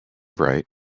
bright